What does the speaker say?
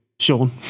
Sean